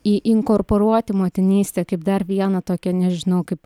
į inkorporuoti motinystę kaip dar vieną tokią nežinau kaip